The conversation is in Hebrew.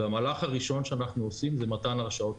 והמהלך הראשון שאנחנו עושים זה מתן הרשאות.